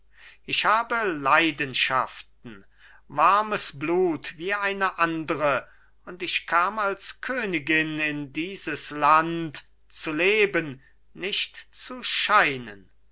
ich habe leidenschaften warmes blut wie eine andre und ich kam als königin in dieses land zu leben nicht zu scheinen